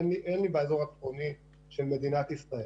אין לי באזור הצפוני של מדינת ישראל.